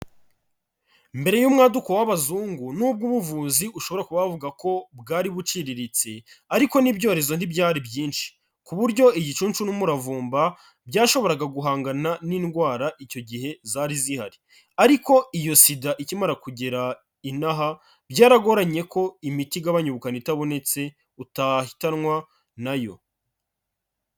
Mbere y'umwaduko w'abazungu nubwo ubuvuzi ushobora kuba wavuga ko bwari buciriritse ariko n'ibyorezo ntibyari byinshi, ku buryo igicunshu n'umuravumba byashoboraga guhangana n'indwara icyo gihe zari zihari ariko iyo SIDA ikimara kugera ino aha, byaragoranye ko imiti igabanya ubukana itabonetse, utahitanwa na yo.